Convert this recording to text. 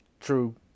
True